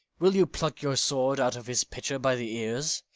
will you pluck your sword out of his pitcher by the ears?